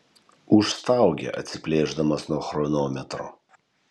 užstaugė atsiplėšdamas nuo chronometro